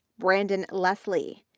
brandon leslie,